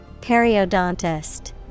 Periodontist